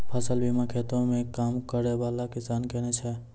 फसल बीमा खेतो मे काम करै बाला किसान किनै छै